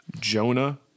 Jonah